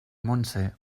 montse